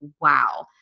wow